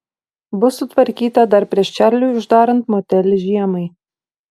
bus sutvarkyta dar prieš čarliui uždarant motelį žiemai